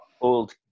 old